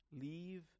Leave